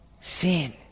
sin